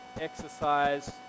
exercise